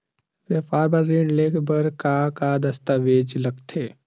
व्यापार बर ऋण ले बर का का दस्तावेज लगथे?